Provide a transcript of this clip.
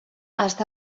està